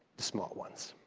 small ones,